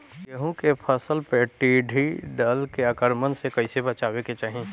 गेहुँ के फसल पर टिड्डी दल के आक्रमण से कईसे बचावे के चाही?